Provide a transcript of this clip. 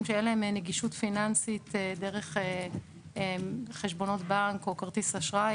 שאין להם נגישות פיננסית דרך חשבונות בנק או כרטיס אשראי.